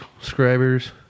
subscribers